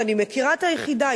ואני מכירה את היחידה,